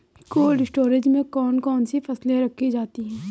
Cold storage में कौन कौन सी फसलें रखी जाती हैं?